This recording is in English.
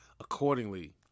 accordingly